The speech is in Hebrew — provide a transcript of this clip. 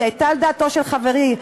היא הייתה על דעתו של חברי,